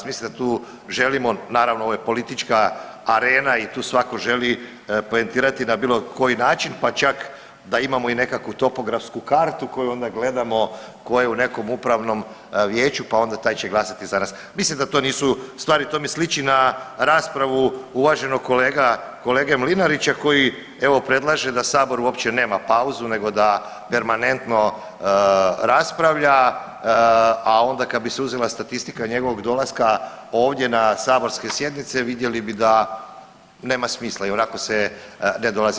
Mislim da tu želimo, naravno ovo je politička arena i tu svako želi poentirati na bilo koji način, pa čak da imamo i nekakvu topografsku kartu koju onda gledamo ko je u nekom upravnom vijeću, pa onda taj će glasati za nas, mislim da to nisu stvari, to mi sliči na raspravu uvaženog kolege Mlinarića koji evo predlaže da sabor uopće nema pauzu nego da permanentno raspravlja, a onda kad bi se uzela statistika njegovog dolaska ovdje na saborske sjednice vidjeli bi da nema smisla, ionako se ne dolazi.